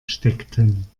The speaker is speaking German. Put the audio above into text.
steckten